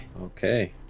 Okay